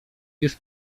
już